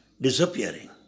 disappearing